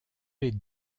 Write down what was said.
les